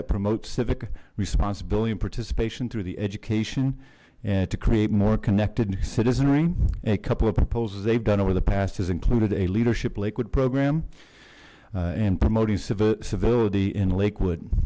that promote civic responsibility and participation through the education and to create more connected citizenry a couple of proposals they've done over the past has included a leadership liquid program and promoting civility in lakewood